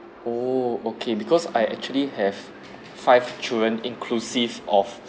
oo okay because I actually have five children inclusive of